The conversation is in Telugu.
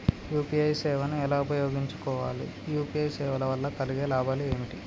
యూ.పీ.ఐ సేవను ఎలా ఉపయోగించు కోవాలి? యూ.పీ.ఐ సేవల వల్ల కలిగే లాభాలు ఏమిటి?